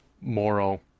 moral